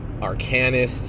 arcanists